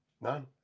None